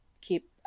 keep